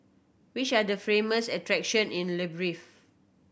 which are the famous attractions in Libreville